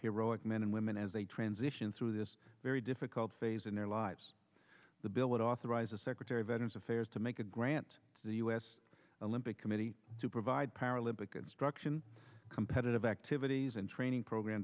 heroic men and women as they transition through this very difficult phase in their lives the bill would authorize the secretary of veterans affairs to make a grant to the u s olympic committee to provide paralympic instruction competitive activities and training program